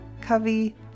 Covey